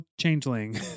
changeling